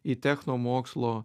į technomokslo